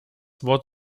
wort